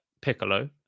Piccolo